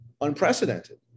unprecedented